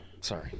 sorry